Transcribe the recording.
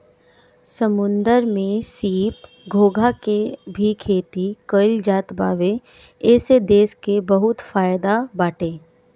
समुंदर में सीप, घोंघा के भी खेती कईल जात बावे एसे देश के बहुते फायदा बाटे